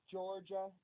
Georgia